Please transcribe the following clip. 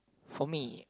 for me